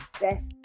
best